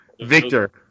Victor